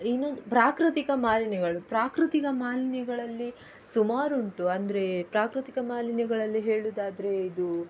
ಇನ್ನು ಪ್ರಾಕೃತಿಕ ಮಾಲಿನ್ಯಗಳು ಪ್ರಾಕೃತಿಕ ಮಾಲಿನ್ಯಗಳಲ್ಲಿ ಸುಮಾರುಂಟು ಅಂದರೆ ಪ್ರಾಕೃತಿಕ ಮಾಲಿನ್ಯಗಳಲ್ಲಿ ಹೇಳೋದಾದ್ರೆ ಇದು